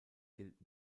gilt